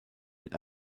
mit